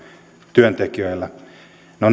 työntekijöillä no